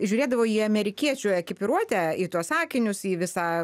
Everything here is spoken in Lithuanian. žiūrėdavo į amerikiečių ekipiruotę į tuos akinius į visą